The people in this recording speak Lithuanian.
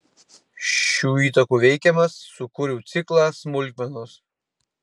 šių įtakų veikiamas sukūriau ciklą smulkmenos